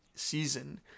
season